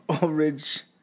Orange